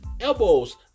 elbows